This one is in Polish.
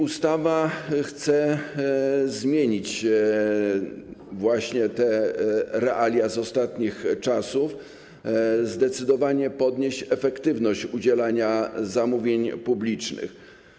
Ustawą chcemy zmienić te realia ostatnich czasów, zdecydowanie podnieść efektywność udzielania zamówień publicznych.